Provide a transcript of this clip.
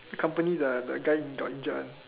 accompany the the guy in